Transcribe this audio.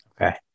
Okay